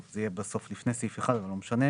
טוב, זה יהיה בסוף לפני סעיף 1, אבל לא משנה.